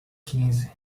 quinze